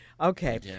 okay